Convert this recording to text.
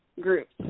groups